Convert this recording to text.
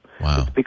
Wow